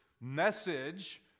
message